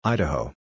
Idaho